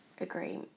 Agree